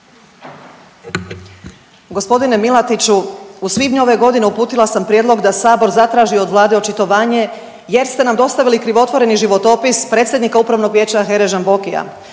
Gospodine Milatiću, u svibnju ove godine uputila sam prijedlog da sabor zatraži od vlade očitovanje jer ste nam dostavili krivotvoreni životopis predsjednika upravnog vijeća HERA-e Žambokija.